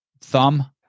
thumb